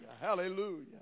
hallelujah